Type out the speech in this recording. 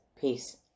peace